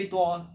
最多